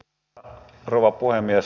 arvoisa rouva puhemies